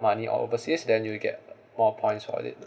money on overseas then you get more points for it